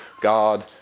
God